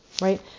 Right